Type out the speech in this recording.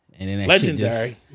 Legendary